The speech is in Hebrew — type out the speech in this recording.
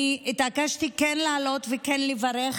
אני התעקשתי כן לעלות וכן לברך,